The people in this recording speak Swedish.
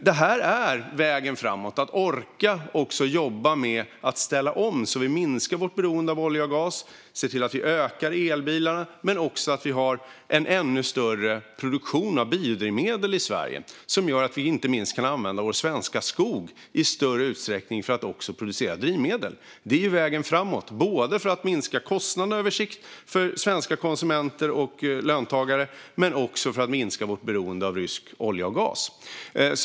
Detta är vägen framåt, att också orka jobba med att ställa om så att vi minskar vårt beroende av olja och gas och ser till att vi ökar antalet elbilar men också att vi har en ännu större produktion av biodrivmedel i Sverige som gör att vi kan använda inte minst vår svenska skog i större utsträckning för att också producera drivmedel. Det är vägen framåt, både för att minska kostnaderna på sikt för svenska konsumenter och löntagare och för att minska vårt beroende av rysk olja och gas.